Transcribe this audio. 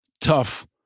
tough